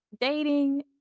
dating